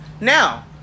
Now